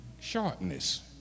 sharpness